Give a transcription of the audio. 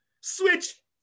switch